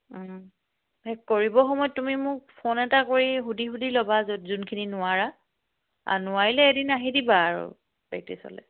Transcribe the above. সেই কৰিবৰ সময়ত তুমি মোক ফোন এটা কৰি সুধি সুধি ল'বা য'ত যোনখিনি নোৱাৰা আৰু নোৱাৰিলে এদিন আহি দিবা আৰু প্ৰেক্টিচলৈ